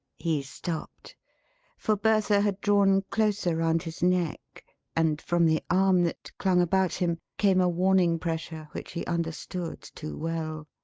he stopped for bertha had drawn closer round his neck and, from the arm that clung about him, came a warning pressure which he understood too well.